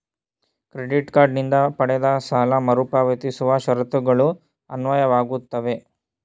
credit card ನಿಂದ ಪಡೆದ ಸಾಲ ಮರುಪಾವತಿಸುವ ಷರತ್ತುಗಳು ಅನ್ವಯವಾಗುತ್ತವೆ